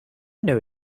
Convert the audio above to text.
know